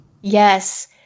Yes